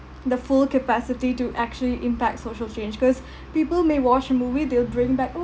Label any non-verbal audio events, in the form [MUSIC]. the full capacity to actually impact social change cause [BREATH] people may watch a movie they'll bring back oh